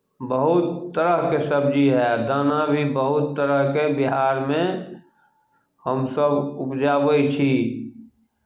बहुत तरहके सबजी हए दाना भी बहुत तरहके बिहारमे हमसभ उपजाबै छी